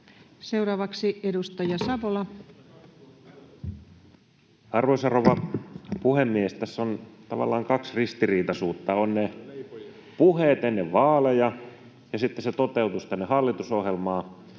Time: 20:03 Content: Arvoisa rouva puhemies! Tässä on tavallaan kaksi ristiriitaisuutta: on ne puheet ennen vaaleja ja sitten se toteutus tänne hallitusohjelmaan,